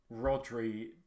Rodri